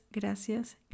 gracias